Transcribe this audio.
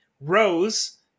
Rose